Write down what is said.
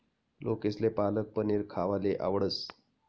लोकेसले पालक पनीर खावाले आवडस